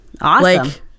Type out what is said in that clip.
Awesome